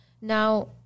Now